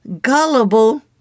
Gullible